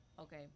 okay